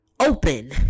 open